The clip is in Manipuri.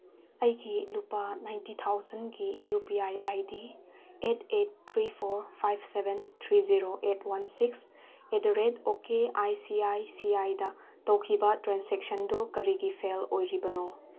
ꯑꯩꯒꯤ ꯂꯨꯄꯥ ꯅꯥꯏꯟꯇꯤ ꯊꯥꯎꯖꯟꯒꯤ U P I I D eight eight three four five seven three zero eight one six at the rate O K I C I C ꯑꯥꯏꯗ ꯇꯧꯈꯤꯕ ꯇ꯭ꯔꯥꯟꯁꯦꯛꯁꯟꯗꯨ ꯀꯔꯤꯒꯤ ꯐꯦꯜ ꯑꯣꯏꯔꯤꯕꯅꯣ